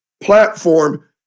platform